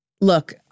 Look